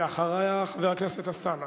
ואחריה, חבר הכנסת אלסאנע.